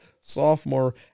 sophomore